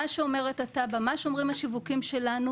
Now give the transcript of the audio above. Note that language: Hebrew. מה שאומרת התב"ע, מה שאומרים השיווקים שלנו.